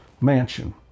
Mansion